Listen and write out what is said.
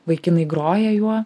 vaikinai groja juo